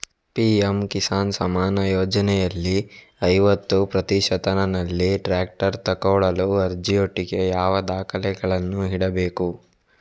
PM Kisan Samman ಯೋಜನೆಯಲ್ಲಿ ಐವತ್ತು ಪ್ರತಿಶತನಲ್ಲಿ ಟ್ರ್ಯಾಕ್ಟರ್ ತೆಕೊಳ್ಳಲು ಅರ್ಜಿಯೊಟ್ಟಿಗೆ ಯಾವ ದಾಖಲೆಗಳನ್ನು ಇಡ್ಬೇಕು?